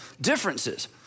differences